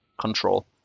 control